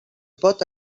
pot